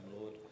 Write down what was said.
Lord